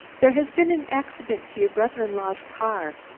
there has been an accident to your brother-in-law's car.